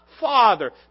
Father